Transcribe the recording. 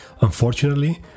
Unfortunately